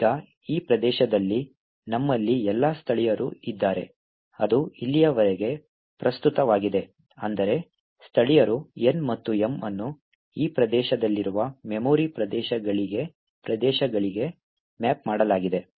ಈಗ ಈ ಪ್ರದೇಶದಲ್ಲಿ ನಮ್ಮಲ್ಲಿ ಎಲ್ಲ ಸ್ಥಳೀಯರು ಇದ್ದಾರೆ ಅದು ಇಲ್ಲಿಯವರೆಗೆ ಪ್ರಸ್ತುತವಾಗಿದೆ ಅಂದರೆ ಸ್ಥಳೀಯರು N ಮತ್ತು M ಅನ್ನು ಈ ಪ್ರದೇಶದಲ್ಲಿರುವ ಮೆಮೊರಿಪ್ರದೇಶಗಳಿಗೆ ಪ್ರದೇಶಗಳಿಗೆ ಮ್ಯಾಪ್ ಮಾಡಲಾಗಿದೆ